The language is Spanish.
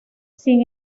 sin